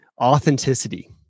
authenticity